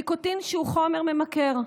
ניקוטין הוא חומר ממכר.